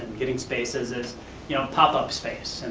giving spaces, is you know pop-up space, and